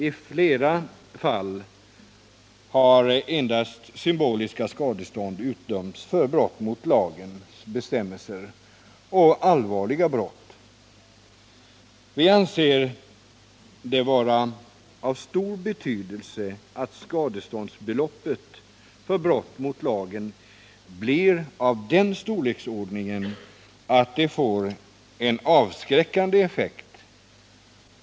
I flera fall har endast symboliska skadestånd utdömts för allvarliga brott mot lagens bestämmelser. Vi anser det vara av stor betydelse att skadeståndsbeloppet för brott mot lagen blir av den storleksordningen att det får en avskräckande effekt.